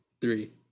three